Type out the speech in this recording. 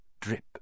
drip